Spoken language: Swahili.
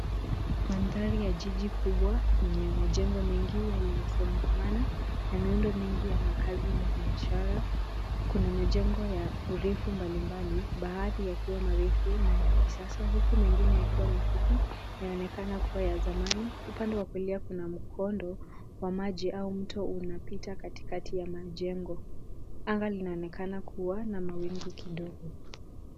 Mandhari ya jiji kubwa lenye majengo mengi yaliyosongamana na miundo mingi ya makazi na biashara. Kuna majengo ya urefu mbalimbali, baadhi yakiwa marefu na ya kisasa huku mengine yakiwa mafupi, yaonekana kuwa ya zamani. Upande wa kulia kuna mkondo wa maji au mto unapita katikati ya majengo. Anga linaonekana kuwa na mawingu kidogo.